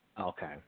Okay